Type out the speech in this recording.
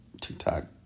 TikTok